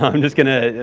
i'm just going to,